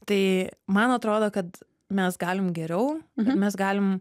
tai man atrodo kad mes galim geriau mes galim